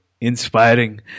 inspiring